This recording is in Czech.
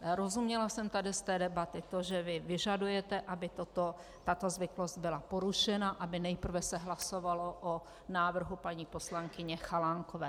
Rozuměla jsem tady z té debaty to, že vy vyžadujete, aby tato zvyklost byla porušena, aby se nejprve hlasovalo o návrhu paní poslankyně Chalánkové.